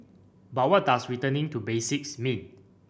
but what does returning to basics mean